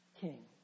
king